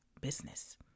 business